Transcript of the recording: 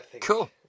Cool